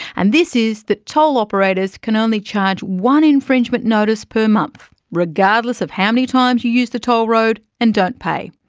and this is that toll operators can only charge one infringement notice per month, regardless of how many times you use the toll road and don't pay.